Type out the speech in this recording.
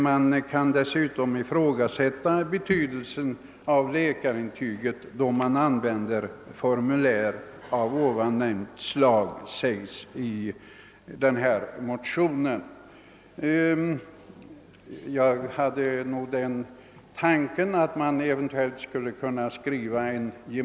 Man kan «dessutom ifrågasätta betydelsen av läkarintygen, då man använder formulär av nämnda slag, sägs det i motionerna.